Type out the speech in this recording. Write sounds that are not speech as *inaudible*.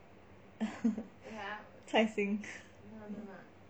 *laughs* 菜心